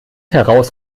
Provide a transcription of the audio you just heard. heraus